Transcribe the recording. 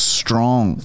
strong